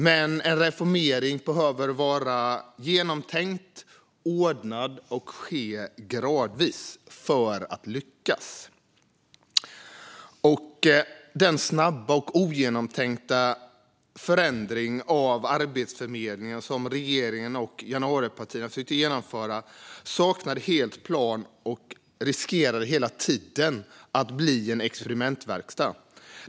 Men en reformering behöver vara genomtänkt, ordnad och ske gradvis för att lyckas. Den snabba och ogenomtänkta förändring av Arbetsförmedlingen som regeringen och januaripartierna försökte genomföra saknade helt plan och riskerade hela tiden att bli en experimentverkstad.